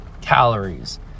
Calories